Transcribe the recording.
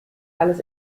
alles